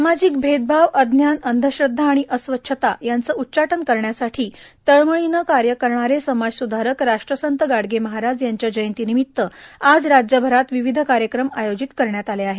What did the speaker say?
सामाजिक मेदभाव अन्नान अंषश्रखा आणि अस्वच्छता यांच उच्चाटन करण्यासाठी तळमळीनं कार्य करणारे समाजसुधारक राष्ट्रसंत गाडगे महाराज यांच्या जयंतीनिमित्त आज राज्यभरात विविध कार्यक्रम आयोजित करण्यात आले आहेत